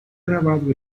grabado